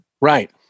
Right